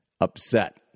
upset